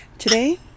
Today